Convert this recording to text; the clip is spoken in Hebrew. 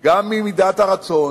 גם ממידת הרצון